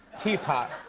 teapot.